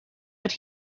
but